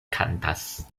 kantas